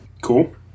Cool